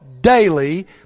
daily